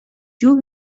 you